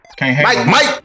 Mike